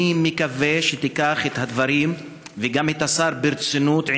אני מקווה שתיקח את הדברים, וגם השר, ברצינות.